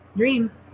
dreams